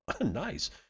Nice